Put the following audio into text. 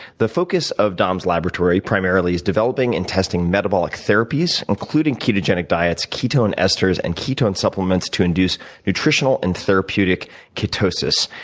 the focus of dom's laboratory primarily is developing and testing metabolic therapies, including ketogenic diets, ketone esters and ketone supplements to induce nutritional and therapeutic ketosis.